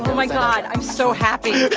my god. i'm so happy i'm